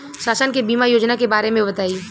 शासन के बीमा योजना के बारे में बताईं?